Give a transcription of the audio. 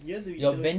you want to be